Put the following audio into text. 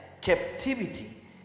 captivity